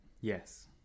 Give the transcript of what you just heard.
Yes